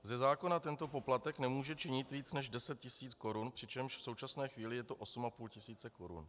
Ze zákona tento poplatek nemůže činit víc než 10 tisíc korun, přičemž v současné chvíli je to 8,5 tisíce korun.